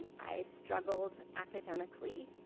and i struggled academically.